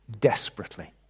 desperately